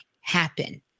happen